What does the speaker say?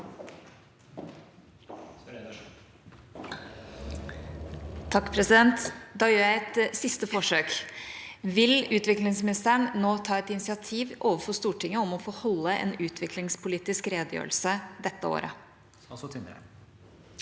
(H) Da gjør jeg et siste forsøk. Vil utviklingsministeren nå ta et initiativ overfor Stortinget om å få holde en utviklingspolitisk redegjørelse dette året?